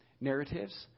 narratives